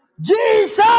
Jesus